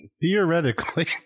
Theoretically